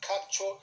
capture